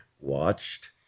watched